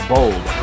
Bold